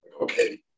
Okay